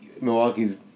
Milwaukee's